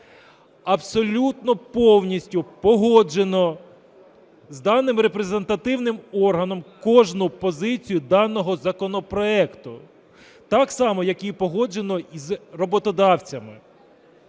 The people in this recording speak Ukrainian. Абсолютно повністю погоджено з даним репрезентативним органом кожну позицію даного законопроекту, так само як погоджено і з роботодавцями.